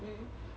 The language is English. mm